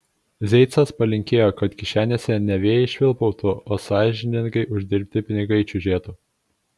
zeicas palinkėjo kad kišenėse ne vėjai švilpautų o sąžiningai uždirbti pinigai čiužėtų